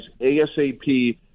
ASAP